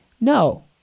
No